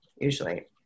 usually